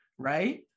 right